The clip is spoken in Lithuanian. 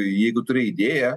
jeigu turi idėją